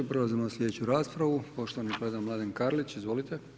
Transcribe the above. Prelazimo na sljedeću raspravu, poštovani kolega Mladen Karlić, izvolite.